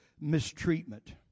mistreatment